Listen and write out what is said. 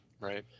Right